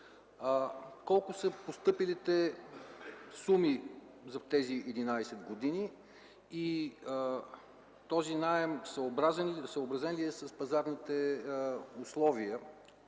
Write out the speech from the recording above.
колко са постъпилите суми за тези 11 години и този наем съобразен ли е с пазарните условия,